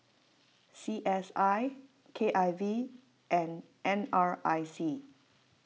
C S I K I V and N R I C